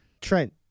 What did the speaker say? Trent